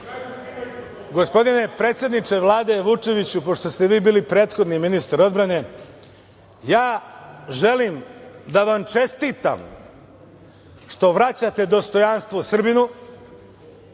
gospodine predsedniče Vlade Vučeviću, pošto ste vi bili prethodni ministar odbrane, ja želim da vam čestitam što vraćate dostojanstvo Srbinu,